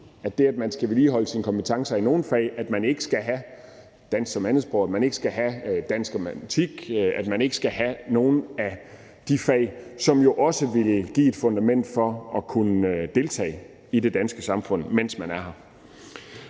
at man skal vedligeholde sine kompetencer i nogle fag, selvfølgelig ikke betyder, at man ikke skal have dansk som andetsprog, at man ikke skal have dansk og matematik, og at man ikke skal have nogle af de fag, som også vil give et fundament for at kunne deltage i det danske samfund, mens man er her.